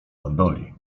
gondoli